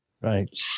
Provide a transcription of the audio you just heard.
Right